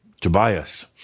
Tobias